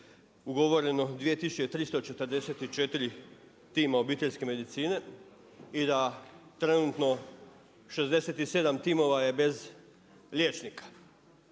ugovoreno 2344 tima obiteljske medicine i da trenutno 67 timova je bez liječnika.